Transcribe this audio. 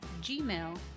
gmail